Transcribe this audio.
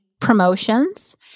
promotions